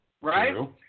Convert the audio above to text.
Right